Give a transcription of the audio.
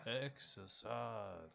exercise